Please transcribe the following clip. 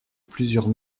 plusieurs